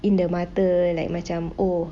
in the mata like macam orh